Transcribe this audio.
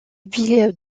ville